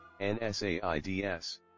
NSAIDS